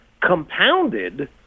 compounded